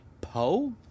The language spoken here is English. Poe